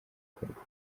gukorwa